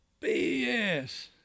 bs